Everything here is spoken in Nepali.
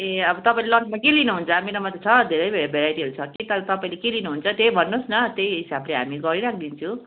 ए तपाईँले अब लन्चमा के लिनुहुन्छ मरोमा त धेरै धेरै भेराइटीहरू छ कि तर तपाईँले के लिनुहुन्छ त्यही भन्नुहोस् न त्यही हिसाबले हामी गरि राखिदिन्छु